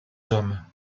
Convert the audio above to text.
hommes